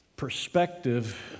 perspective